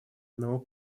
одного